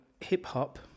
hip-hop